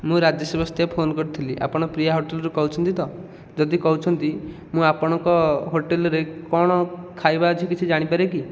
ମୁଁ ରାଜୁ ଶ୍ରୀବାସ୍ତବ ଫୋନ କରିଥିଲି ଆପଣ ପ୍ରିୟା ହୋଟେଲ୍ରୁ କହୁଛନ୍ତିତ ଯଦି କହୁଛନ୍ତି ମୁଁ ଆପଣଙ୍କ ହୋଟେଲରେ କ'ଣ ଖାଇବା ଅଛି କିଛି ଜାଣି ପରେ କି